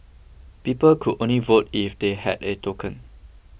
people could only vote if they had a token